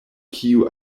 kiu